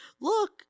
look